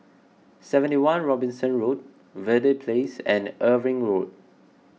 seventy one Robinson Road Verde Place and Irving Road